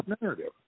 narrative